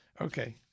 Okay